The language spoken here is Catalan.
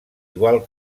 igual